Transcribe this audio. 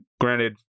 granted